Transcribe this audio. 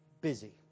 busy